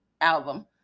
album